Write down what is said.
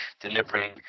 delivering